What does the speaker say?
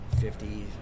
fifty